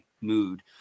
mood